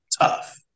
tough